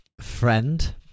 friend